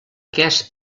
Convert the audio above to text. aquest